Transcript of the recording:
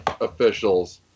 officials